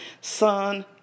Son